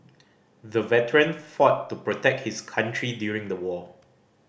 the veteran fought to protect his country during the war